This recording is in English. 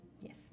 Yes